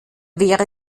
wäre